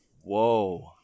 whoa